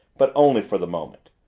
but only for the moment.